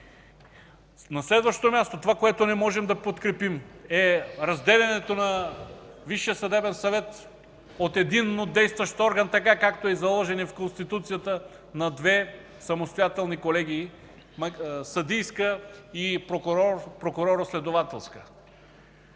На следващо място, това, което не можем да подкрепим, е разделянето на Висшия съдебен съвет от единно действащ орган, както е заложен и в Конституцията, на две самостоятелни колегии – съдийска и прокуроро-следователска.